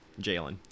Jalen